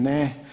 Ne.